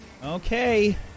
Okay